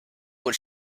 what